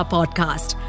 Podcast